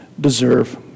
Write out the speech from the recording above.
deserve